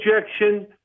injection